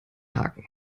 haken